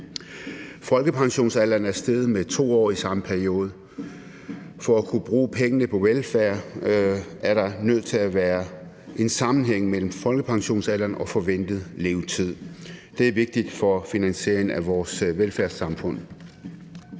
Folkepensionsalderen er steget med 2 år i samme periode. For at kunne bruge pengene på velfærd er der nødt til at være en sammenhæng mellem folkepensionsalderen og den forventede levetid. Det er vigtigt for finansieringen af vores velfærdssamfund.